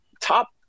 top